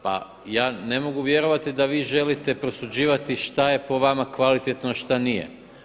Pa ja ne mogu vjerovati da vi želite prosuđivati šta je po vama kvalitetno, šta nije.